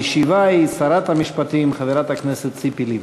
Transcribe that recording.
המשיבה היא שרת המשפטים חברת הכנסת ציפי לבני.